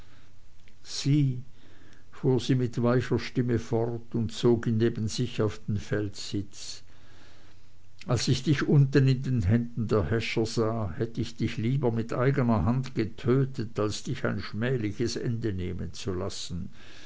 fuhr sie mit weicher stimme fort und zog ihn neben sich auf den felssitz als ich dich unten in den händen der häscher sah hätt ich dich lieber mit eigner hand getötet als dich ein schmähliches ende nehmen zu lassen